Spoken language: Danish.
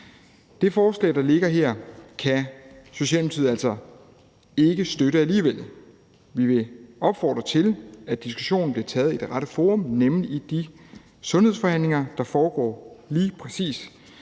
Det forslag, der ligger her, kan Socialdemokratiet altså ikke støtte alligevel. Vi vil opfordre til, at diskussionen bliver taget i det rette forum, nemlig i de sundhedsforhandlinger, der foregår lige præcis